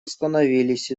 остановились